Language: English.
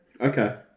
Okay